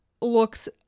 looks